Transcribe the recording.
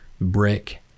brick